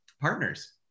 partners